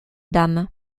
dames